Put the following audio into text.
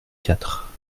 quatre